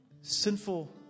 Sinful